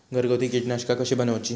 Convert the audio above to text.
घरगुती कीटकनाशका कशी बनवूची?